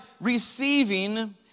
receiving